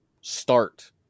start